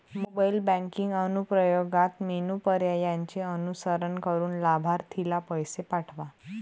mobile banking अनुप्रयोगात menu पर्यायांचे अनुसरण करून लाभार्थीला पैसे पाठवा